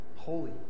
holy